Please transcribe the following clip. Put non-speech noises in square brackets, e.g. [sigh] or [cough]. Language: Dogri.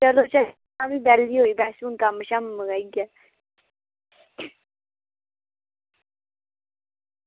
[unintelligible] बस हून गै बेह्ली होई बैसे हून कम्म शम्म मकाइयै